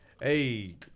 Hey